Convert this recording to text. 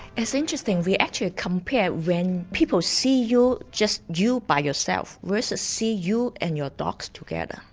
it's interesting, we actually compare when people see you just you by yourself, versus see you and your dog together.